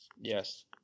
Yes